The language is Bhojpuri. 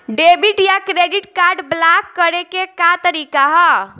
डेबिट या क्रेडिट कार्ड ब्लाक करे के का तरीका ह?